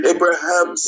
Abraham